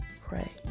Pray